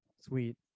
Sweet